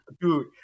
dude